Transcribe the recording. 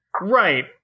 Right